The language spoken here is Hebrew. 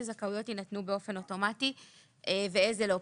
זכאויות יינתנו באופן אוטומטי ואיזה לא.